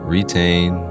Retain